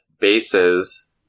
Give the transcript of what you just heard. Bases